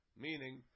Meaning